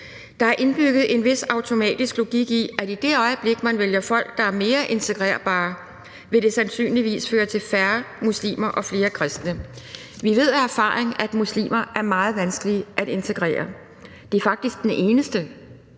»Der er indbygget en vis automatisk logik i, at i det øjeblik, man vælger folk, der er mere integrerbare, vil det sandsynligvis føre til færre muslimer og flere kristne. Vi ved af erfaring, at muslimer er meget vanskelige at integrere. Det er faktisk den eneste